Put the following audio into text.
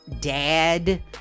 dad